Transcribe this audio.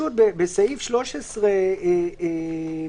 בסעיף 13(ה),